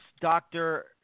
Dr